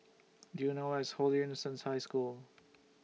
Do YOU know Where IS Holy Innocents' High School